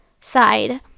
side